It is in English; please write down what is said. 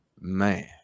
man